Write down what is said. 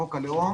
חוק הלאום.